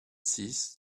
six